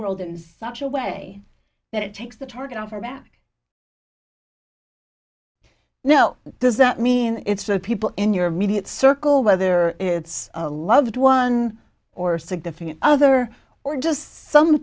world in such a way that it takes the target off her back no does that mean it's the people in your immediate circle whether it's a loved one or significant other or just some